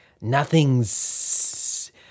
Nothing's